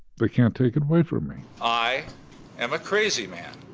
they can't take it away from me i am a crazy man